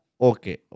okay